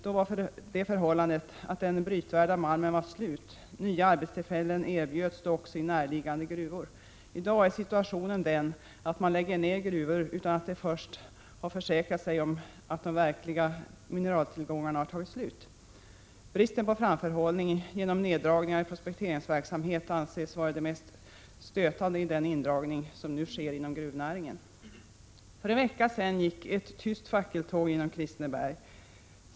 Då var förhållandet det att den brytvärda malmen var slut. Nya arbetstillfällen erbjöds då i närliggande gruvor. I dag är situationen den att man lägger ned gruvor utan att först ha försäkrat sig om att mineraltillgångarna verkligen har tagit slut. Bristen på framförhållning genom neddragningar i prospekteringsverksamheten anses vara det mest stötande i den indragningsvåg som nu äger rum inom gruvnäringen. För en vecka sedan gick ett tyst fackeltåg genom Kristineberg.